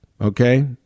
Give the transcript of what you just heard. Okay